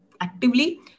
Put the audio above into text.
actively